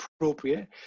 appropriate